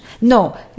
No